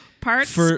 Parts